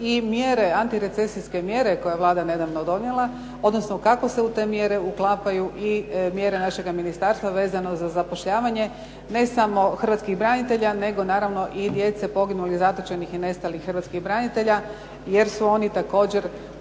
i antirecesijske mjere koje je Vlada nedavno donijela, odnosno kako se u te mjere uklapaju i mjere našega ministarstva vezano za zapošljavanje ne samo hrvatskih branitelja, nego naravno i djece poginulih, zatočenih i nestalih hrvatskih branitelja jer su oni također